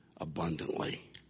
abundantly